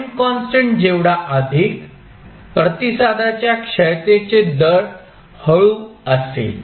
time constant जेवढा अधिक प्रतिसादाच्या क्षयतेचे दर हळू असेल